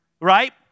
Right